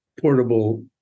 portable